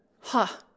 Ha